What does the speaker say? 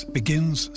begins